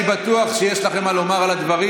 אני בטוח שיש לכם מה לומר על הדברים.